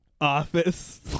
office